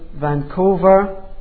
Vancouver